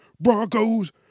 Broncos